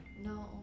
No